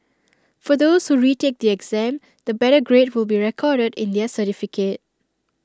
for those who retake the exam the better grade will be recorded in their certificate